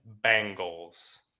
Bengals